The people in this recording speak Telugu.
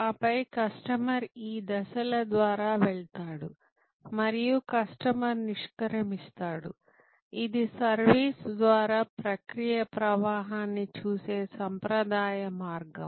ఆపై కస్టమర్ ఈ దశల ద్వారా వెళ్తాడు మరియు కస్టమర్ నిష్క్రమిస్తాడు ఇది సర్వీస్ ద్వారా ప్రక్రియ ప్రవాహాన్ని చూసే సాంప్రదాయ మార్గం